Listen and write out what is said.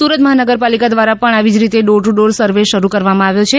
સુરત મહાનગરપાલિકા દ્વારા પણ આપી જ રીતે ડોર ટુ ડોર સર્વે કરવામાં આવ્યું છે